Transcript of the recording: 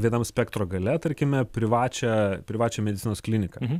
vienam spektro gale tarkime privačią privačią medicinos kliniką